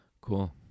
cool